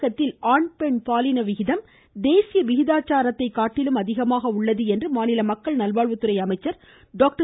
தமிழகத்தில் ஆண் பெண் பாலின விகிதம் தேசிய விகிதாச்சாரத்தை காட்டிலும் அதிகமாக உள்ளது என்று மாநில மக்கள் நல்வாழ்வுத்துறை அமைச்சா் டாக்டர்